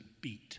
beat